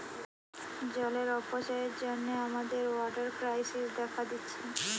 জলের অপচয়ের জন্যে আমাদের ওয়াটার ক্রাইসিস দেখা দিচ্ছে